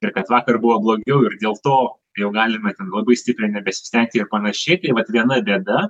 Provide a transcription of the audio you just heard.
ir kad vakar buvo blogiau ir dėl to jau galime ten labai stipriai nebesistengti ir panašiai tai vat viena bėda